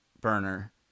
burner